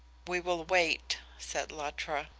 we will wait said luttra.